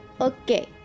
Okay